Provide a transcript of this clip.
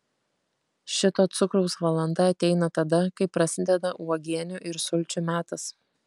šito cukraus valanda ateina tada kai prasideda uogienių ir sulčių metas